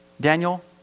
Daniel